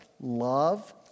love